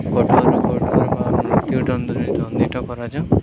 କଠୋରରୁ କଠୋର ବା ମୃତ୍ୟୁ ଦଣ୍ଡରେ ଦଣ୍ଡିତ କରାଯାଉ